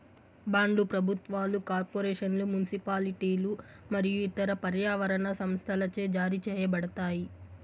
బాండ్లు ప్రభుత్వాలు, కార్పొరేషన్లు, మునిసిపాలిటీలు మరియు ఇతర పర్యావరణ సంస్థలచే జారీ చేయబడతాయి